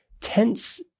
tense